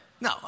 No